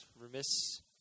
Remiss